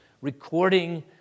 recording